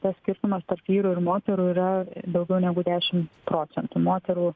tas skirtumas tarp vyrų ir moterų yra daugiau negu dešim procentų moterų